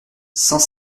cent